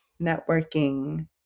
networking